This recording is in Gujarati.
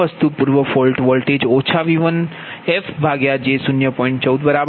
આ વસ્તુ પૂર્વ ફોલ્ટ વોલ્ટેજ ઓછા V1f ભાગ્યા J 0